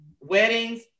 weddings